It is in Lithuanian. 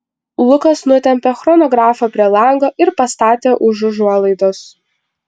lukas nutempė chronografą prie lango ir pastatė už užuolaidos